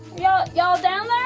yeah y'all down